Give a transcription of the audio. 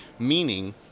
Meaning